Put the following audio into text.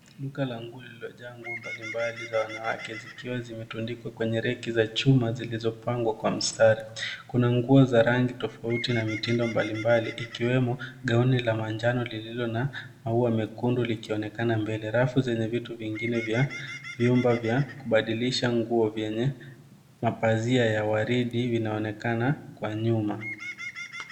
Duka la nguo lililojaa nguo mbalimbali za wanawake zikiwa zimetundikwa kwenye reki za chuma zilizopangwa kwa mstari. Kuna nguo za rangi tofauti na mitindo mbalimbali ikiwemo gauni la manjano lililo na maua mekundu likionekana mbele. Rafu zenye vitu vingine vya vyumba vya kubadilisha nguo vyenye mapazia ya waridi vinaonekana kwa nyuma.